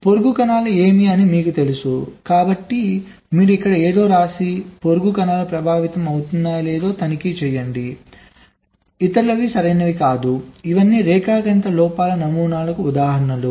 పొరుగు కణాలు ఏవి అని మీకు తెలుసు కాబట్టి మీరు ఇక్కడ ఏదో వ్రాసి పొరుగు కణాలు ప్రభావవంతం అవుతున్నాయో లేదో తనిఖీ చేయండి ఇతరులు సరైనవి కావు ఇవన్నీ రేఖాగణిత లోపాల నమూనాలకు ఉదాహరణలు